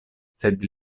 sed